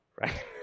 right